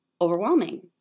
overwhelming